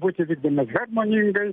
būti vykdymos harmoningai